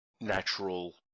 natural